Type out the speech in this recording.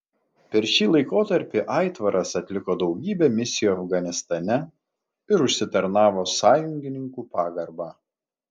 per šį laikotarpį aitvaras atliko daugybę misijų afganistane ir užsitarnavo sąjungininkų pagarbą